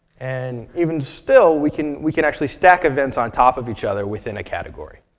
and even still, we can we can actually stack events on top of each other within a category.